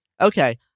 Okay